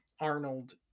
Arnold